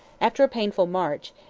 after a painful march,